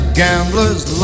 gambler's